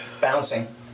bouncing